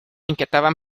inquietaban